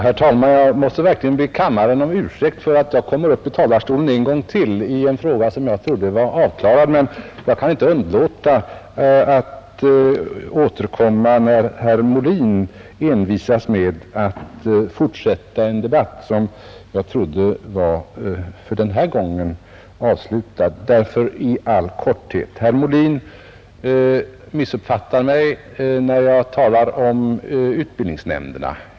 Herr talman! Jag måste verkligen be kammaren om ursäkt för att jag kommer upp i talarstolen en gång till i en fråga som jag trodde var avklarad. Jag kan emellertid inte underlåta att återkomma när herr Molin envisas med att fortsätta en debatt som jag trodde var avslutad för den här gången. Herr Molin missuppfattar mig när jag talar om utbildningsnämnderna.